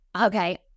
Okay